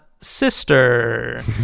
sister